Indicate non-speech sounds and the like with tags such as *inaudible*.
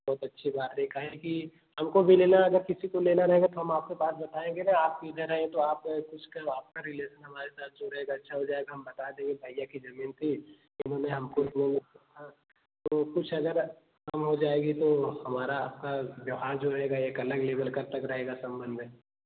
बहुत अच्छी बात है क्योंकि हमको भी लेना है अगर किसी को लेना रहेगा तो तो हम आपको बात बताएँगे न आप इधर है तो आप कुछ का आपका रिलेशन हमारे साथ जुड़ेगा अच्छा हो जाएगा हम बता देंगे भैया की जमीन थी उन्होंने हमको जो *unintelligible* तो कुछ अगर कम हो जाएगी तो हमारा आपका व्यवहार जो रहेगा एक अलग लेबल का तब रहेगा सम्बन्ध